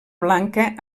blanca